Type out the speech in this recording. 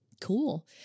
cool